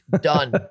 done